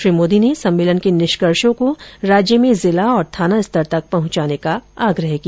श्री मोदी ने सम्मेलन के निष्कर्षों को राज्य में जिला तथा थाना स्तर तक पहुंचाने का आग्रह किया